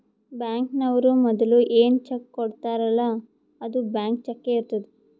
ಬ್ಯಾಂಕ್ನವ್ರು ಮದುಲ ಏನ್ ಚೆಕ್ ಕೊಡ್ತಾರ್ಲ್ಲಾ ಅದು ಬ್ಲ್ಯಾಂಕ್ ಚಕ್ಕೇ ಇರ್ತುದ್